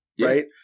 Right